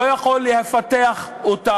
הוא לא יכול לפתח אותה,